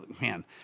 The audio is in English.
man